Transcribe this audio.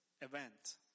event